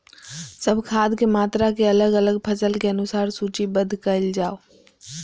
सब खाद के मात्रा के अलग अलग फसल के अनुसार सूचीबद्ध कायल जाओ?